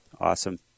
Awesome